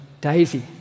DAISY